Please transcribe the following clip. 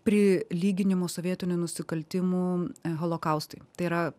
prilyginimo sovietinių nusikaltimų holokaustui tai yra